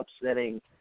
upsetting